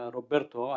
Roberto